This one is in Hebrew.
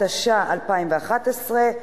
התשע"א 2011,